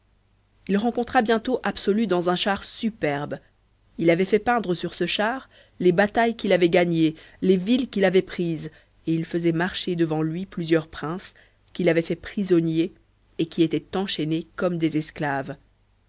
il rencontra bientôt absolu dans un char superbe il avait fait peindre sur ce char les batailles qu'il avait gagnées les villes qu'il avait prises et il faisait marcher devant lui plusieurs princes qu'il avait fait prisonniers et qui étaient enchaînés comme des esclaves